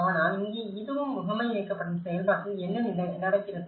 ஆனால் இங்கே இதுவும் முகமை இயக்கப்படும் செயல்பாட்டில் என்ன நடக்கிறது